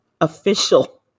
official